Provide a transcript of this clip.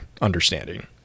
understanding